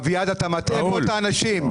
אביעד, אתה מטעה פה את האנשים.